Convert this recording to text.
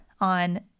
on